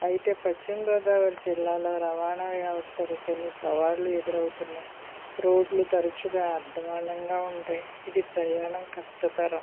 అయితే పశ్చిమ గోదావరి జిల్లాలో రవాణా వ్యవస్థకి కొన్ని సవాళ్ళు ఎదురవుతున్నాయి రోడ్లు తరచుగా అద్వానంగా ఉంటాయి ఇది ప్రయాణం కష్టతరం